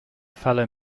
fellow